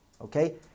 Okay